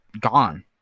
gone